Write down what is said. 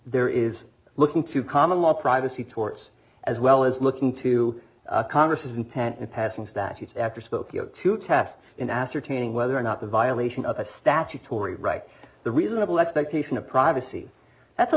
there is looking to common law privacy torts as well as looking to congress intent and passing statutes after spokeo two tests in ascertaining whether or not the violation of a statutory right the reasonable expectation of privacy that's a